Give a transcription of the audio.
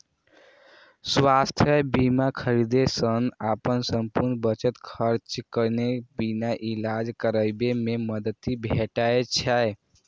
स्वास्थ्य बीमा खरीदै सं अपन संपूर्ण बचत खर्च केने बिना इलाज कराबै मे मदति भेटै छै